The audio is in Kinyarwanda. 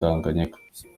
tanganyika